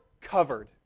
covered